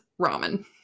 ramen